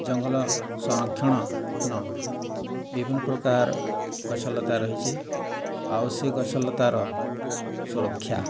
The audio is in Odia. ଜଙ୍ଗଲ ସଂରକ୍ଷଣ ନ ବିଭିନ୍ନପ୍ରକାର ଗଛଲତା ରହିଛି ଆଉ ସେ ଗଛଲତାର ସୁରକ୍ଷା